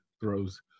throws